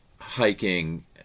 hiking